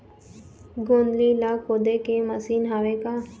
गोंदली ला खोदे के मशीन हावे का?